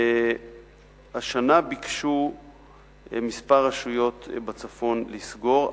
והשנה ביקשו כמה רשויות בצפון לסגור.